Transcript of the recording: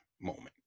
moment